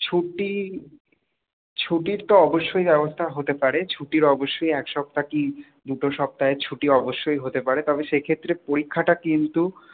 ছুটি ছুটির তো অবশ্যই ব্যবস্থা হতে পারে ছুটির অবশ্যই এক সপ্তাহ কি দুটো সপ্তাহের ছুটি অবশ্যই হতে পারে তবে সেক্ষেত্রে পরীক্ষাটা কিন্তু